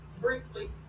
briefly